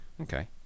Okay